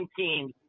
teams